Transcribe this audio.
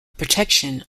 protection